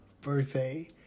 birthday